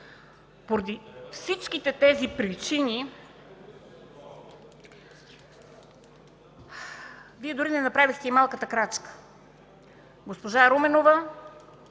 Поради всичките тези причини Вие дори не направихте и малката крачка – госпожа Руменова